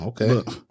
okay